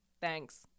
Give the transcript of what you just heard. Thanks